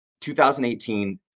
2018